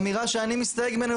אמירה שאני מסתייג ממנה.